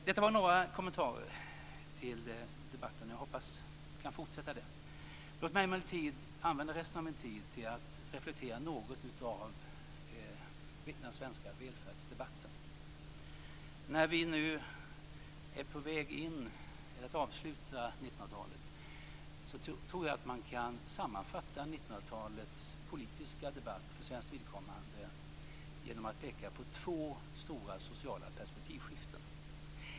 Detta var några kommentarer till debatten. Jag hoppas att vi kan fortsätta den. Låt mig emellertid använda resten av min talartid till att reflektera något över den svenska välfärdsdebatten. När vi nu är på väg att avsluta 1900-talet tror jag att man kan sammanfatta 1900-talets politiska debatt för svenskt vidkommande genom att peka på två stora sociala perspektivskiften.